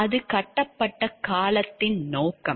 அது கட்டப்பட்ட காலத்தின் நோக்கம்